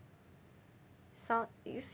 so is